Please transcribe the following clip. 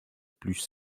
plus